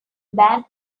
band